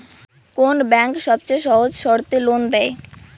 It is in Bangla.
কোন ব্যাংক সবচেয়ে সহজ শর্তে লোন দেয়?